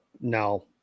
no